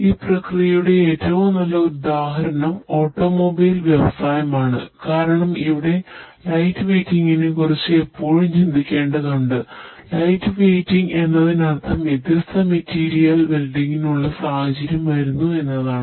ഈ പ്രക്രിയയുടെ ഏറ്റവും നല്ല ഒരു ഉദാഹരണം ഓട്ടോമൊബൈൽ സാഹചര്യം വരുന്നു എന്നാണ്